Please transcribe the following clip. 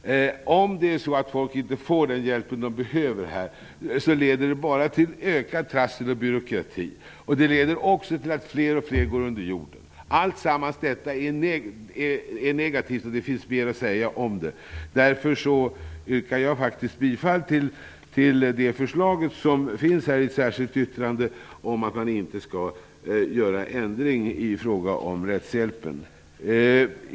När människor inte får den hjälp som de behöver blir det bara mera trassel och ökad byråkrati. Dessutom går då allt fler under jorden. Tillsammantaget är detta negativt, och det finns mera att säga här. Mot den bakgrunden yrkar jag faktiskt bifall till det förslag som finns här i ett särskilt yttrande och som gäller att man inte skall göra någon ändring i fråga om rättshjälpen.